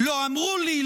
"לא אמרו לי",